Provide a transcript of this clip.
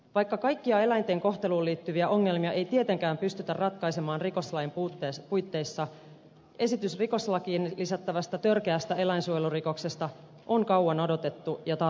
vaikka kaikkia eläinten kohteluun liittyviä ongelmia ei tietenkään pystytä ratkaisemaan rikoslain puitteissa esitys rikoslakiin lisättävästä törkeästä eläinsuojelurikoksesta on kauan odotettu ja tarpeellinen